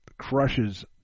crushes